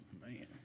Man